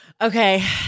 Okay